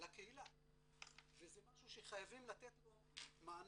לקהילה וזה משהו שחייבים לתת לו מענה,